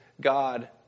God